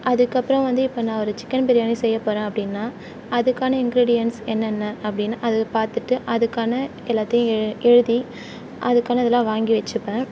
அதுக்கப்புறோம் வந்து இப்போ நான் ஒரு சிக்கன் பிரியாணி செய்ய போகிறேன் அப்படினா அதுக்கான இன்க்ரீடியன்ஸ் என்னென்ன அப்படினு அது பார்த்துட்டு அதுக்கான எல்லாத்தையும் எழுதி அதுக்கான இதெலாம் வாங்கி வெச்சுப்பேன்